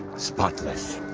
spotless.